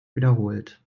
wiederholt